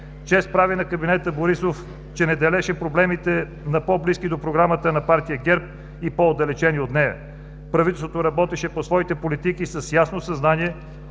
Чест прави на кабинета Борисов, че не делеше проблемите на по-близки до програмата на Партия ГЕРБ и по-отдалечени от нея. Правителството работеше по своите политики с ясното съзнание,